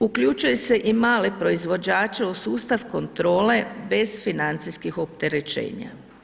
Uključuje se i male proizvođače u sustav kontrole bez financijskih opterećenja.